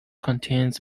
contains